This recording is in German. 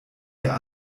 der